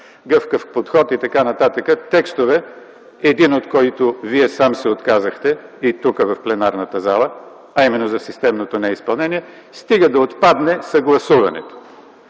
гъвкав подход и така нататък – текстове, един от които Вие сам се отказахте и тук, в пленарната зала, а именно за системното неизпълнение, стига да отпадне съгласуването.